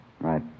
Right